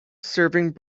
serving